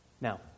Now